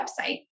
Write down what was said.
website